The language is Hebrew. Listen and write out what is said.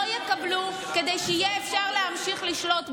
יקבלו כדי שיהיה אפשר להמשיך לשלוט בהם.